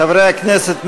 חברי הכנסת,